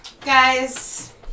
Guys